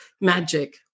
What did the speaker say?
magic